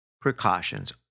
precautions